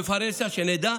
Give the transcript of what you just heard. בפרהסיה, שנדע.